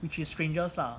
which is strangers lah